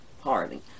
hardly